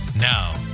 Now